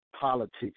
politics